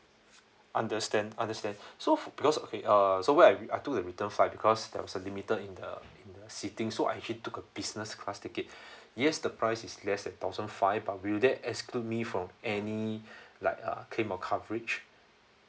understand understand so because okay uh so why I I took the return flight because there was a limited in the in the sitting so I actually took a business class ticket yes the price is less than thousand five but will that exclude me from any like uh claim of coverage